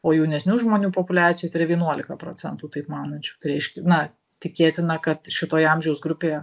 o jaunesnių žmonių populiacijoj tai yra vienuolika procentų taip manančių tai reiškia na tikėtina kad šitoje amžiaus grupėje